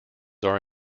are